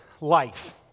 life